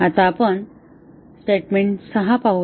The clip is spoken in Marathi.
आता आपण स्टेटमेंट 6 पाहू